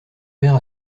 père